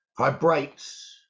vibrates